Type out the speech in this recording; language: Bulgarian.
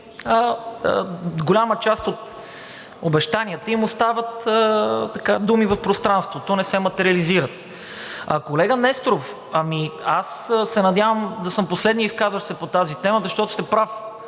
голяма част от обещанията им остават думи в пространството – не се материализират. Колега Несторов, аз се надявам да съм последният изказващ се по тази тема, защото сте прав,